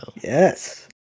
Yes